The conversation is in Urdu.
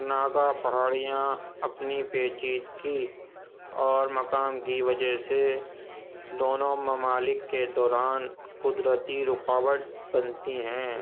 ناگا پہاڑیاں اپنی پیچیدگی اور مقام کی وجہ سے دونوں ممالک کے دوران قدرتی رکاوٹ بنتی ہیں